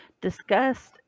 discussed